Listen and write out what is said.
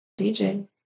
DJ